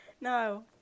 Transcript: No